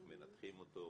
איך מנתחים אותו,